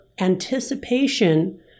anticipation